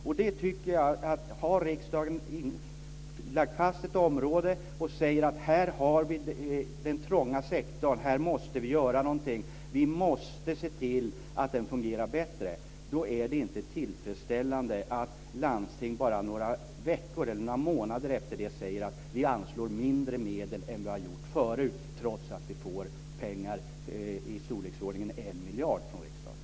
Om riksdagen har lagt fast ett område och sagt att här har vi den trånga sektorn, här måste vi göra någonting och se till att den fungerar bättre, tycker jag inte att det är tillfredsställande att landsting bara några veckor senare säger: Vi anslår mindre medel än vad vi har gjort förut, trots att vi får pengar i storleksordningen en miljard från riksdagen.